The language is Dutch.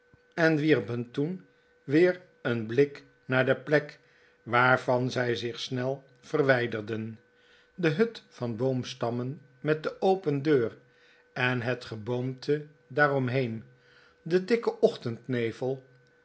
en wierpen toen weer een blik naar de plek waarvan zij zich snel verwijderden de hut van boomstammen met de open deur en het geboomte daar omheen de dikke ochtendnevel